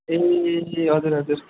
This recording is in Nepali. ए हजुर हजुर